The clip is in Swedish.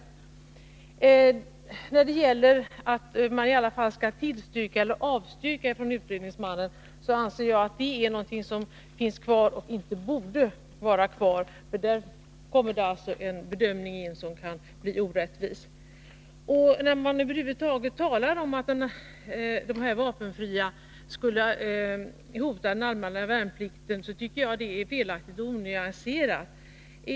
Att utredningsmannen skall tillstyrka eller avstyrka är någonting som vi tycker inte borde få vara kvar, eftersom det då kommer in en bedömning som kan bli orättvis. När man säger att de vapenfria över huvud taget skulle hota den allmänna värnplikten, tycker jag det är felaktigt och onyanserat.